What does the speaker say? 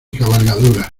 cabalgaduras